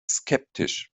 skeptisch